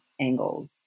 angles